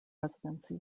residency